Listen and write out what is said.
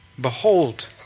behold